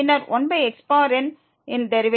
பின்னர் 1xn இன் derivative